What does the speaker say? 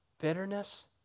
Bitterness